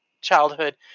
childhood